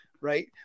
right